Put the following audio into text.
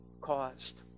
caused